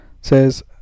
says